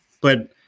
But-